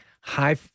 high